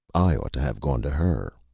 i ought to have gone to her.